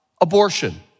abortion